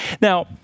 Now